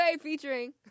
featuring